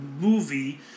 movie